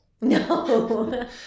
No